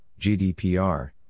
GDPR